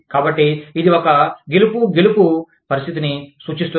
కాబట్టి ఇది ఒక గెలుపు గెలుపు పరిస్థితిని సూచిస్తుంది